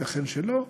ייתכן שלא,